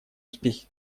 успехи